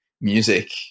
music